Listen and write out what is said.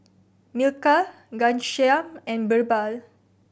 Milkha Ghanshyam and Birbal